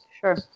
Sure